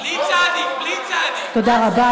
תודה רבה.